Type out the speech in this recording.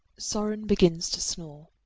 sorin begins to snore.